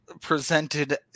presented